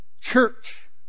church